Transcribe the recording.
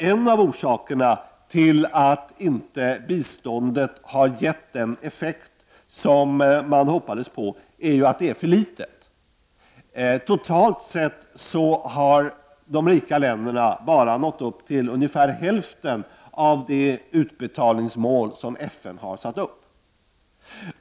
En av orsakerna till att biståndet inte har gett de effekter som vi hoppades på är att det är för litet. Totalt sett har de rika länderna bara nått upp till ungefär hälften av de utbetalningsmål som FN har satt upp.